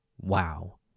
wow